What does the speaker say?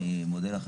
אני מודה לך,